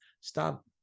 Stop